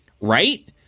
right